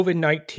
COVID-19